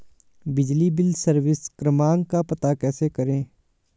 बिजली bill service क्रमांक का पता कैसे करें?